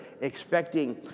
expecting